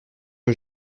que